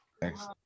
Thanks